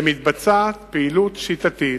ומתבצעת פעילות שיטתית.